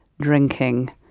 drinking